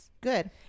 Good